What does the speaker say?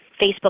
Facebook